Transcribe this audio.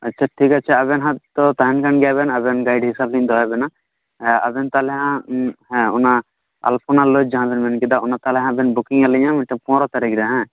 ᱟᱪᱪᱷᱟ ᱴᱷᱤᱠ ᱟᱪᱷᱮ ᱟᱵᱮᱱ ᱦᱟᱜ ᱛᱚ ᱛᱟᱦᱮᱱ ᱠᱟᱱ ᱜᱮᱭᱟ ᱵᱮᱱ ᱟᱵᱮᱱ ᱜᱟᱹᱭᱤᱴ ᱦᱤᱥᱟᱹᱵ ᱞᱤᱧ ᱫᱚᱦᱚᱭᱮᱫ ᱵᱮᱱᱟ ᱟᱵᱮᱱ ᱛᱟᱦᱚᱞᱮ ᱦᱟᱜ ᱦᱮᱸ ᱚᱟᱱ ᱟᱞᱯᱚᱱᱟ ᱞᱚᱡᱽ ᱡᱟᱦᱟᱸ ᱵᱮᱱ ᱢᱮᱱᱠᱮᱫᱟ ᱚᱱᱟ ᱛᱟᱦᱚᱞᱮ ᱦᱟᱜ ᱵᱮᱱ ᱵᱩᱠᱤᱝ ᱟᱹᱞᱤᱧᱟ ᱢᱤᱫᱴᱟᱝ ᱯᱚᱱᱚᱨᱚ ᱛᱟᱹᱨᱤᱠ ᱨᱮ ᱦᱮᱸ